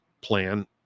plan